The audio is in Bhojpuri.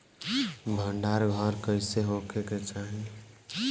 भंडार घर कईसे होखे के चाही?